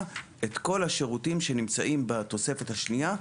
את כל השירותים שנמצאים בתוספת השנייה.